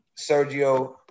Sergio